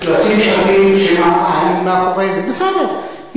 בסדר,